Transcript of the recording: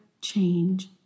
change